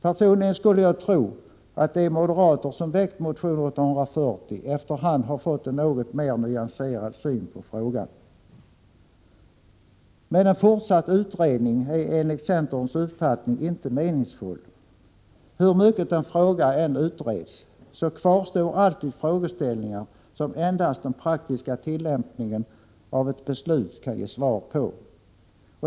Personligen skulle jag tro att de moderater som väckt motion 840 efter hand har fått en något mera nyanserad syn på frågan. Men en fortsatt utredning är enligt centerns uppfattning inte meningsfull. Hur mycket en fråga än utreds kvarstår alltid frågeställningar som endast den praktiska tillämpningen av ett beslut kan ge svar på.